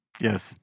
Yes